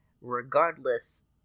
Regardless